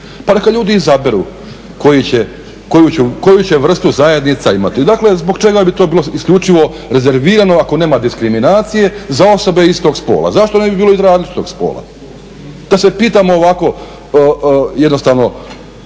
Pa neka ljudi izaberu koju će vrstu zajednica imati. Dakle zbog čega bi to bilo isključivo rezervirano ako nema diskriminacije za osobe istog spola, zašto ne bi bilo i za različitog spola? Da se pitamo ovako jednostavno